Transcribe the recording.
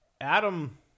adam